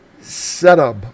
Setup